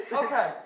okay